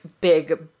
big